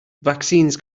vaccines